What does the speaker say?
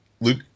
Luke